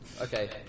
Okay